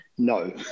No